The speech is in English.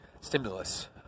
stimulus